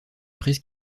prise